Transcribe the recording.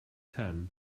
tan